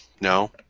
No